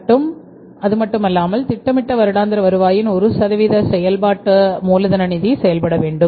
மற்றும் திட்டமிடப்பட்ட வருடாந்திர வருவாயின் ஒரு சதவீதமாக செயல்பாட்டு மூலதன நிதி செயல்பட வேண்டும்